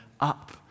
up